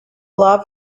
love